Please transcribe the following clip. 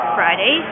Friday